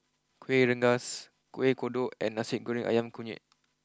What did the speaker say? Kueh Rengas Kueh Kodok and Nasi Goreng Ayam Kunyit